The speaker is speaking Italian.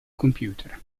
computer